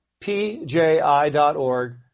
pji.org